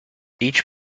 each